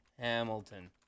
Hamilton